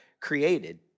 created